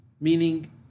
Meaning